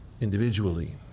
individually